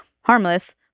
harmless